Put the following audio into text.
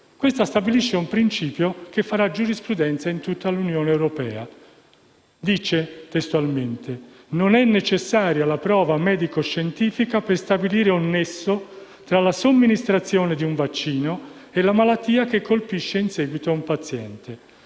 che stabilisce un principio che farà giurisprudenza in tutta l'Unione europea. Nella sentenza si statuisce che non è necessaria la prova medico-scientifica per stabilire un nesso tra la somministrazione di un vaccino e la malattia che colpisce in seguito un paziente,